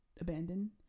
abandon